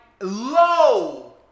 low